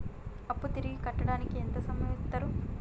అప్పు తిరిగి కట్టడానికి ఎంత సమయం ఇత్తరు?